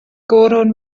goron